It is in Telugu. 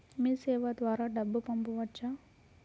మీసేవ ద్వారా డబ్బు పంపవచ్చా?